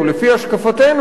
לפי השקפתנו,